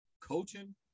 coaching